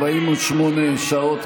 48 שעות,